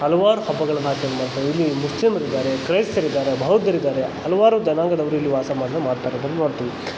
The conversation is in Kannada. ಹಲವಾರು ಹಬ್ಬಗಳನ್ನು ಆಚರಣೆ ಮಾಡ್ತಾರೆ ಇಲ್ಲಿ ಮುಸ್ಲಿಮರಿದ್ದಾರೆ ಕ್ರೈಸ್ತರಿದ್ದಾರೆ ಬೌದ್ಧರಿದ್ದಾರೆ ಹಲವಾರು ಜನಾಂಗದವರು ಇಲ್ಲಿ ವಾಸವನ್ನು ಮಾಡ್ತಕ್ಕಂಥದ್ದು ನೋಡ್ತೀವಿ